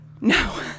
No